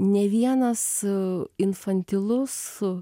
ne vienas infantilus